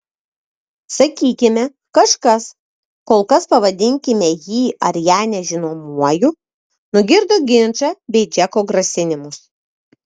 sakykime kažkas kol kas pavadinkime jį ar ją nežinomuoju nugirdo ginčą bei džeko grasinimus